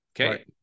okay